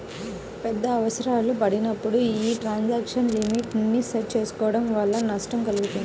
పెద్ద అవసరాలు పడినప్పుడు యీ ట్రాన్సాక్షన్ లిమిట్ ని సెట్ చేసుకోడం వల్ల నష్టం కల్గుతుంది